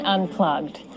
Unplugged